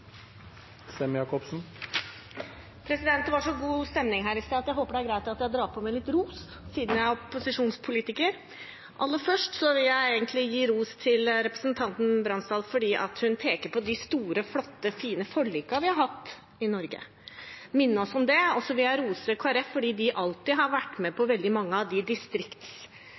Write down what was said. det. Det var så god stemning her i sted, så jeg håper det er greit at jeg drar på med litt ros, siden jeg er opposisjonspolitiker. Aller først vil jeg gi ros til representanten Bransdal fordi hun peker på de store, flotte og fine forlikene vi har hatt i Norge. Hun minner oss om det. Så vil jeg rose Kristelig Folkeparti for at de alltid har vært med på veldig mange av